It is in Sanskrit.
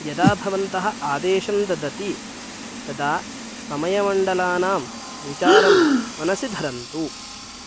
यदा भवन्तः आदेशं ददति तदा समयमण्डलानां विचारं मनसि धरन्तु